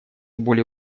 более